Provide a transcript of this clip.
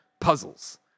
puzzles